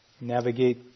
navigate